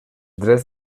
drets